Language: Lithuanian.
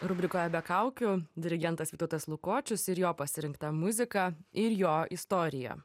rubrikoje be kaukių dirigentas vytautas lukočius ir jo pasirinkta muzika ir jo istorija